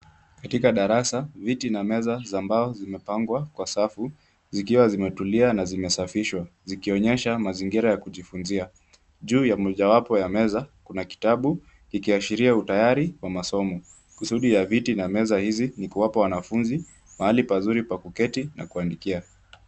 Katika darasa viti na meza za mbao zimepangwa kwa safu zikiwa zimetulia na zimesafishwa zikionyesha mazingira ya kujifunzia. Juu ya mojawapo ya meza kuna kitabu ikiashiria utayari wa masomo. kusudi ya viti na meza hizi ni kuwapa wanafunzi mahali pazuri pa kuketi na kuandikia.